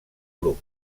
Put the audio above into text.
grup